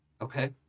Okay